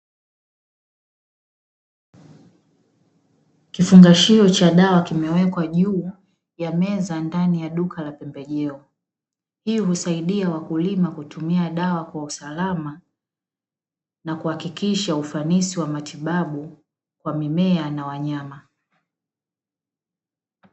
Kifungashio cha dawa kimewekwa juu ya meza ndani ya duka la pembejeo, hii husaidia wakulima kutumia dawa kwa usalama na kuhakikisha ufanisi wa matibabu wa mimea na wanyama.